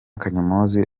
kanyomozi